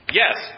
yes